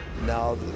Now